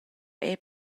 era